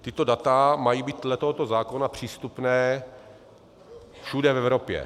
Tato data mají být dle tohoto zákona přístupná všude v Evropě.